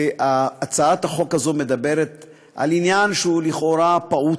הצעת החוק הזאת מדברת על עניין שהוא לכאורה פעוט,